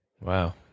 Wow